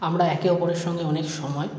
আমরা একে অপরের সঙ্গে অনেক সময়